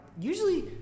usually